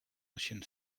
russian